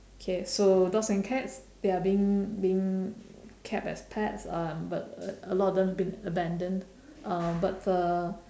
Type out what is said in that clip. K so dogs and cats they are being being kept as pets um but a lot of them been abandoned um but uh